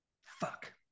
Fuck